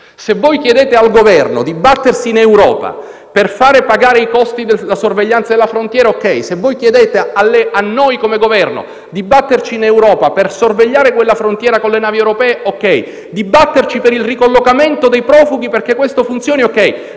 se voi chiedete al Governo di battersi in Europa per far pagare i costi della sorveglianza della frontiera, va bene; se chiedete a noi, come Governo, di batterci in Europa per sorvegliare quella frontiera con le navi europee, va bene; se chiedete di batterci per il ricollocamento dei profughi e perché questo funzioni, va